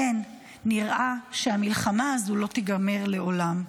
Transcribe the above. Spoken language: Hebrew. כן, נראה שהמלחמה הזו לא תיגמר לעולם.